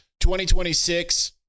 2026